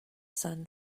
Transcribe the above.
sun